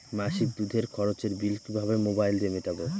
মাসিক দুধের খরচের বিল কিভাবে মোবাইল দিয়ে মেটাব?